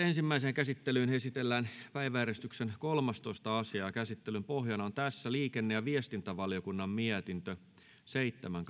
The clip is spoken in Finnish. ensimmäiseen käsittelyyn esitellään päiväjärjestyksen kolmastoista asia käsittelyn pohjana on liikenne ja viestintävaliokunnan mietintö seitsemän